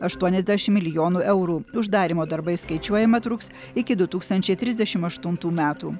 aštuoniasdešim milijonų eurų uždarymo darbai skaičiuojama truks iki du tūkstančiai trisdešim aštuntų metų